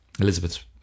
Elizabeth